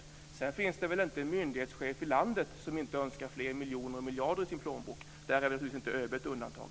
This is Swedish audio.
Slutligen: Det finns väl inte någon myndighetschef i landet som inte önskar fler miljoner eller miljarder i sin plånbok. Där utgör ÖB naturligtvis inte något undantag.